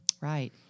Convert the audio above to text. Right